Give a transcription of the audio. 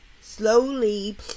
slowly